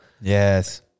Yes